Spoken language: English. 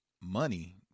money